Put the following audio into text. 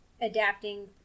adapting